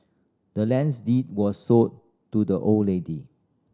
the land's deed was sold to the old lady